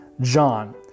John